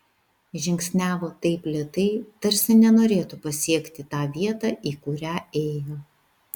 žingsniavo taip lėtai tarsi nenorėtų pasiekti tą vietą į kurią ėjo